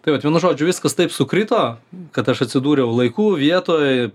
tai vat vienu žodžiu viskas taip sukrito kad aš atsidūriau laiku vietoj